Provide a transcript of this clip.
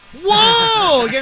Whoa